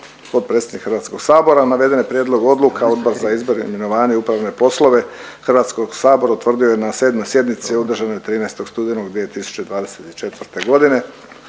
potpredsjednik HS-a. Navedene prijedloge odluka Odbor za izbor, imenovanje i upravne poslove HS-autvrdio je na sedmoj sjednici održanoj 13. studenog 2024. godine,